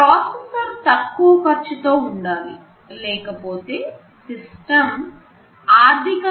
processor తక్కువ ఖర్చుతో ఉండాలి లేకపోతే సిస్టమ్ ఆర్థికంగా లాభదాయకంగా ఉండదు